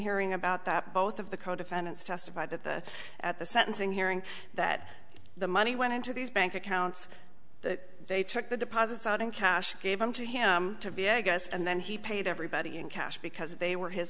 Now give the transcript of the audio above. hearing about that both of the co defendants testified that at the sentencing hearing that the money went into these bank accounts that they took the deposits out in cash gave them to him to be a guest and then he paid everybody in cash because they were his